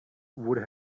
would